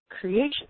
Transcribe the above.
creation